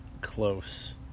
close